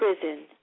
prison